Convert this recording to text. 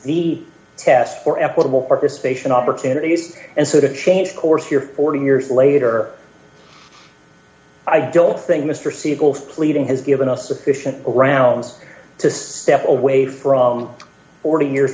the test for equitable participation opportunities and so to change course you're forty years later i don't think mr siegel fleeting has given us sufficient grounds to step away from forty years